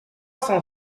cent